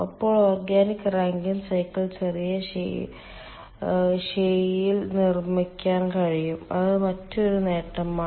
അപ്പോൾ organic Rankine cycle ചെറിയ ശേഷിയിൽ നിർമ്മിക്കാൻ കഴിയും അത് മറ്റൊരു നേട്ടമാണ്